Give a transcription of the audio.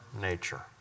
nature